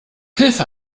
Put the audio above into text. hilfe